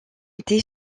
été